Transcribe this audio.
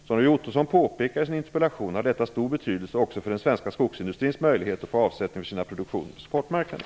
Som Roy Ottosson påpekar i sin interpellation har detta stor betydelse också för den svenska skogsindustrins möjlighet att få avsättning för sina produktioner på exportmarknaden.